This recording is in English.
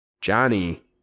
Johnny